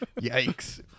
Yikes